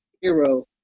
Hero